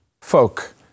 folk